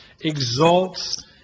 exalts